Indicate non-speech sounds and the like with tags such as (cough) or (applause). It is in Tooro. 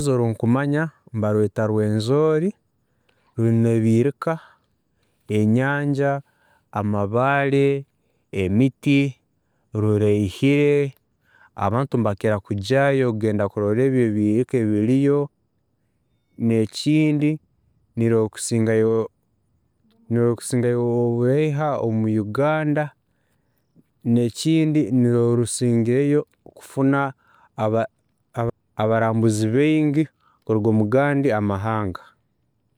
﻿Orusozi orunkumanya nibarweeta Rwenzori, rwiine ebiirka, enyanja, amabare, emiti ruraihire, abantu nibakira kujyaayo kugenda kurola ebi ebiirika ebiriyo, nekindi nirwe (hesitation) rukusingayo oburaiha omu Uganda, nekindi nirwe rusingireyo kufuna (hesitation) abarambuzi baingi kuruga omugandi mahanga